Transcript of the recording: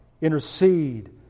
intercede